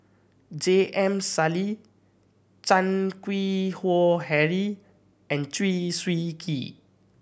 J M Sali Chan Keng Howe Harry and Chew Swee Kee